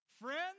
Friends